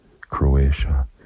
Croatia